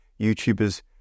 YouTubers